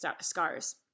Scars